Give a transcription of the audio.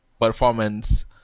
performance